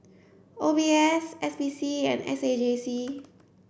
O B S S P C and S A J C